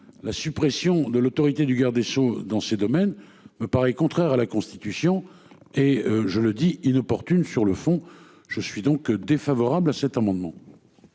la suppression de l'autorité du garde des Sceaux dans ces domaines me paraît contraire à la Constitution et je le dis inopportune. Sur le fond je suis donc défavorable à cet amendement.